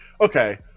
okay